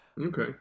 Okay